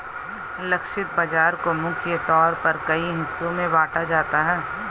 लक्षित बाजार को मुख्य तौर पर कई हिस्सों में बांटा जाता है